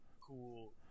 cool